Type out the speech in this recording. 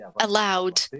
allowed